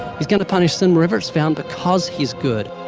he's going to punish sin wherever it's found because he's good.